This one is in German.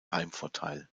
heimvorteil